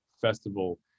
festival